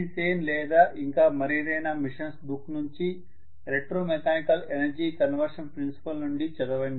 సేన్ లేదా ఇంకా మరేదైనా మెషిన్స్ బుక్ నుంచి electro mechanical energy conversion principle నుండి చదవండి